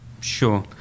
sure